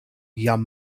jam